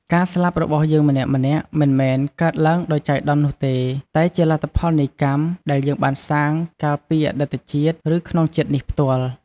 ការស្លាប់របស់យើងម្នាក់ៗ មិនមែនកើតឡើងដោយចៃដន្យនោះទេ តែជាលទ្ធផលនៃកម្ម ដែលយើងបានសាងកាលពីអតីតជាតិ ឬក្នុងជាតិនេះផ្ទាល់។